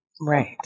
Right